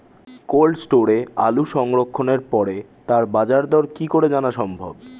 Cold স্টোরে আলু সংরক্ষণের পরে তার বাজারদর কি করে জানা সম্ভব?